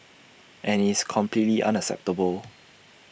and it's completely unacceptable